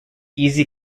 easy